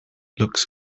looks